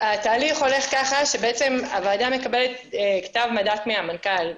התהליך הולך כך שבעצם הוועדה מקבלת כתב מנדט מהמנכ"ל.